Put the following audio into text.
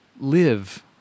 live